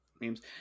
Memes